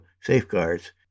safeguards